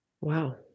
wow